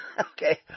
okay